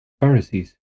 Pharisees